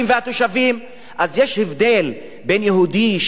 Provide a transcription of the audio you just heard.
אז יש הבדל בין יהודי שבא כדי לחיות בשלום